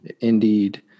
Indeed